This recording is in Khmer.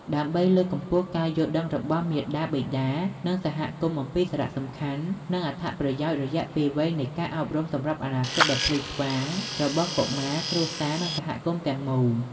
ដើម្បីលើកកម្ពស់ការយល់ដឹងរបស់មាតាបិតា និងសហគមន៍អំពីសារៈសំខាន់ និងអត្ថប្រយោជន៍រយៈពេលវែងនៃការអប់រំសម្រាប់អនាគតដ៏ភ្លឺស្វាងរបស់កុមារ គ្រួសារ និងសហគមន៍ទាំងមូល។